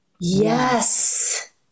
yes